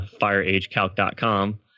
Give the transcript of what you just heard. fireagecalc.com